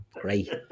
great